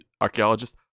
archaeologist